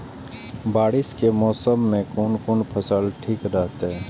बारिश के मौसम में कोन कोन फसल ठीक रहते?